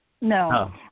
No